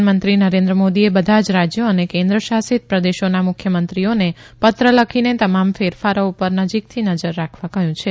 પ્રધાનમંત્રી નરેન્દ્ર મોદીએ બધા જ રાજ્યો અને કેન્દ્રશાશિત પ્રદેશોના મુખ્યમંત્રીઓને ત્ર લખીને તમામ ફેરફારો ઉૈ ર નજીકથી નજર રાખવા કહ્યું છે